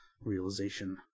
realization